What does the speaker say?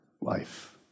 life